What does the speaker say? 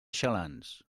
xalans